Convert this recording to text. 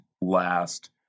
last